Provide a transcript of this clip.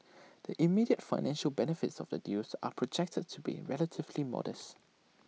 the immediate financial benefits of the deals are projected to be relatively modest